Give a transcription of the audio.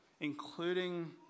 including